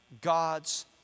God's